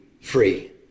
free